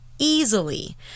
easily